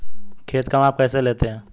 खेत का माप कैसे लेते हैं?